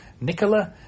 Nicola